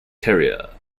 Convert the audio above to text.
terrier